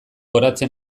oratzen